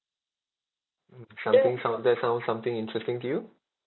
mm something sound that sounds something interesting to you